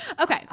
Okay